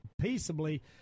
peaceably